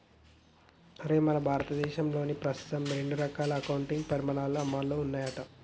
ఒరేయ్ మన భారతదేశంలో ప్రస్తుతం రెండు రకాల అకౌంటింగ్ పమాణాలు అమల్లో ఉన్నాయంట